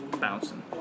bouncing